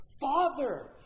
Father